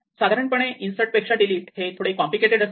साधारणपणे इन्सर्ट पेक्षा डिलीट हे थोडे कॉम्प्लिकेटेड असते